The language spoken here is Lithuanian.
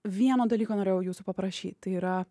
vieno dalyko norėjau jūsų paprašyt tai yra